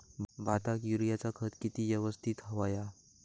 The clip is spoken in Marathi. भाताक युरियाचा खत किती यवस्तित हव्या?